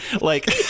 Like-